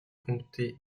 comptait